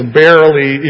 barely